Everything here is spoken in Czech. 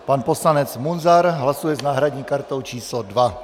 Pan poslanec Munzar hlasuje s náhradní kartou číslo 2.